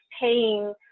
paying